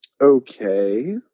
Okay